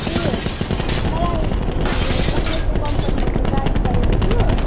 ए मलाई तपाईँको कम्पनीबाट गाडी चाहिएको थियो